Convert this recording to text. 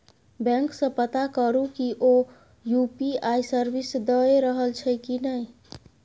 bank सँ पता करु कि ओ यु.पी.आइ सर्विस दए रहल छै कि नहि